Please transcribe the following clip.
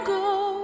go